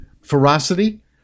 ferocity